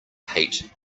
hate